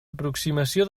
aproximació